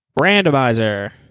Randomizer